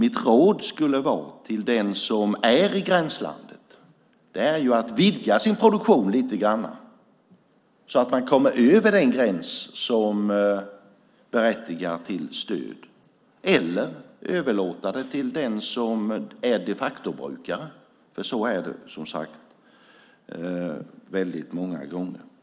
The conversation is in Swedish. Mitt råd till den som är i gränslandet är att vidga sin produktion lite grann så att man kommer över den gräns som berättigar till stöd eller att överlåta den till den som de facto är brukare. Så är det väldigt många gånger, som sagt.